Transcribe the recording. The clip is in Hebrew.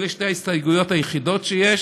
אלה שתי ההסתייגויות היחידות שיש